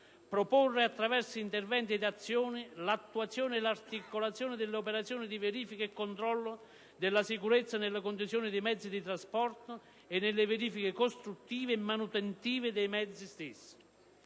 proporre, attraverso interventi ed azioni, l'attuazione e l'articolazione delle operazioni di verifica e controllo della sicurezza nella conduzione dei mezzi di trasporto e nelle verifiche costruttive e manutentive dei mezzi stessi;